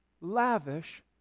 lavish